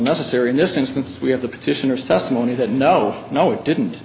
necessary in this instance we have the petitioners testimony that no no it didn't